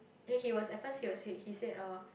then he was at first he was said he said uh